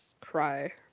cry